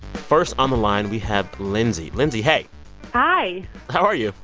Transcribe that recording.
first on the line we have lindsay. lindsay, hey hi how are you?